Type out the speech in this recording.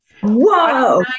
whoa